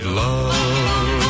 love